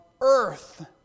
earth